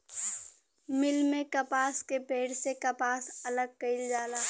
मिल में कपास के पेड़ से कपास अलग कईल जाला